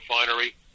refinery